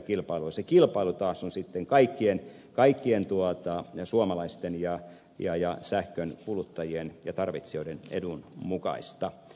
se kilpailu taas on sitten kaikkien suomalaisten ja sähkön kuluttajien ja tarvitsijoiden edun mukaista